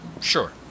Sure